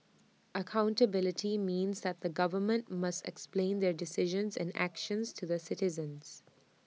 accountability means that the government must explain their decisions and actions to the citizens